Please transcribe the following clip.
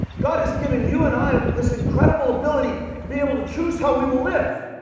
god has given you and i this incredible ability to be able to choose how we will live.